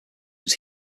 was